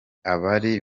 abari